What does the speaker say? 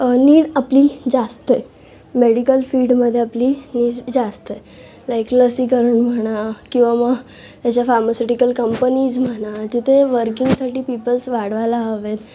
need आपली जास्त आहे मेडिकल फील्डमध्ये आपली नीड जास्त आहे लाईक लसीकरण म्हणा किंवा म त्याच्या फार्मास्युटिकल कंपनीज म्हणा तिथे वर्किंगसाठी पीपल्स वाढवायला हवेत